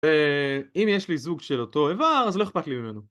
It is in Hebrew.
אם יש לי זוג של אותו איבר אז לא אכפת לי ממנו